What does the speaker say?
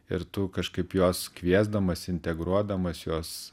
ir tu kažkaip juos kviesdamas integruodamas juos